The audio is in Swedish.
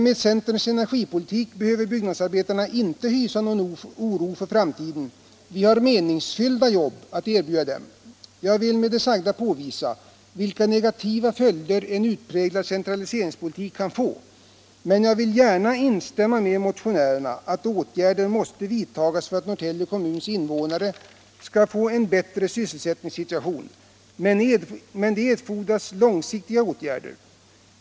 Med centerns energipolitik behöver byggnadsarbetarna inte hysa någon oro för framtiden. Vi har meningsfyllda jobb att erbjuda dem. Jag har med det sagda velat påvisa vilka negativa följder en utpräglad centraliseringspolitik kan få. Men jag vill gärna instämma med motionärerna i att åtgärder måste vidtas för att Norrtälje kommuns invånare skall få en bättre sysselsättningssituation. Men för det erfordras långsiktiga åtgärder.